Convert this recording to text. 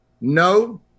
No